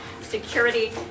security